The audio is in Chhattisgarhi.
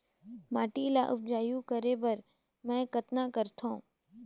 माटी ल उपजाऊ करे बर मै कतना करथव?